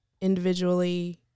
individually